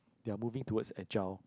they are moving towards a gel